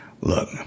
Look